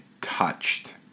touched